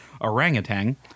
orangutan